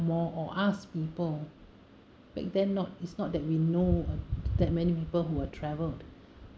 more or ask people back then not it's not that we know that many people who are travelled